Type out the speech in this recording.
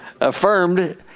Affirmed